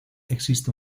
existe